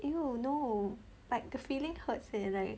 !eww! no like the feeling hurts leh like